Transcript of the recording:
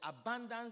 abundance